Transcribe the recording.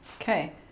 Okay